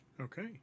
Okay